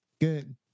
Good